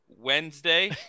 Wednesday